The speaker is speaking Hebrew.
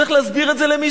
צריך להסביר את זה למישהו?